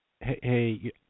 hey